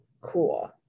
cool